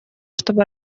чтобы